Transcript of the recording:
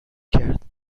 کرد